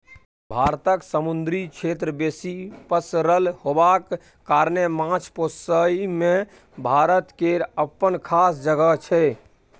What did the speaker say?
भारतक समुन्दरी क्षेत्र बेसी पसरल होबाक कारणेँ माछ पोसइ मे भारत केर अप्पन खास जगह छै